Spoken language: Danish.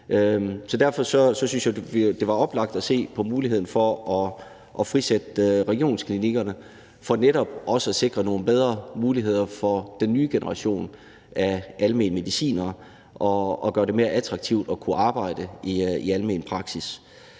jeg synes, det er oplagt at se på muligheden for at frisætte regionsklinikkerne for netop at sikre nogle bedre muligheder for den nye generation af almene medicinere og gøre det mere attraktivt at kunne arbejde i almen praksis.